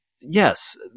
yes